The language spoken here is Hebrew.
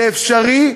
זה אפשרי,